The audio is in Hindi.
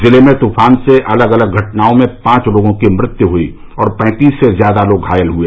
जिले में तूफान से अलग अलग घटनाओं में पांच लोगों की मृत्यु हुयी और पैंतीस से ज्यादा लोग घायल हुए